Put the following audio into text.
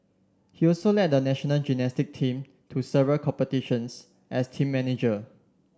he also led the national gymnastic team to several competitions as team manager